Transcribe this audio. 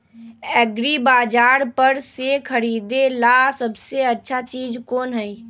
एग्रिबाजार पर से खरीदे ला सबसे अच्छा चीज कोन हई?